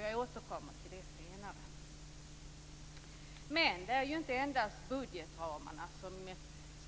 Jag återkommer till det senare. Det är ju inte endast budgetramarna som